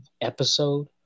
episode